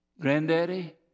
Granddaddy